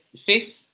fifth